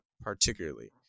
particularly